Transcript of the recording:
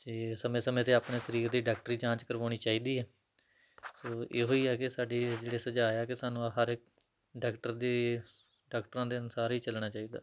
ਅਤੇ ਸਮੇਂ ਸਮੇਂ 'ਤੇ ਆਪਣੇ ਸਰੀਰ ਦੀ ਡਾਕਟਰੀ ਜਾਂਚ ਕਰਵਾਉਣੀ ਚਾਹੀਦੀ ਹੈ ਸੋ ਇਹੋ ਹੀ ਹੈ ਕਿ ਸਾਡੇ ਜਿਹੜੇ ਸੁਝਾ ਆ ਕਿ ਸਾਨੂੰ ਹਰ ਇੱਕ ਡਾਕਟਰ ਦੀ ਡਾਕਟਰਾਂ ਦੇ ਅਨੁਸਾਰ ਹੀ ਚੱਲਣਾ ਚਾਹੀਦਾ